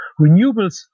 renewables